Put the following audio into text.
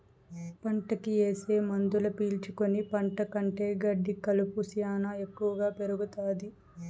పంటకి ఏసే మందులు పీల్చుకుని పంట కంటే గెడ్డి కలుపు శ్యానా ఎక్కువగా పెరుగుతాది